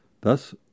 Thus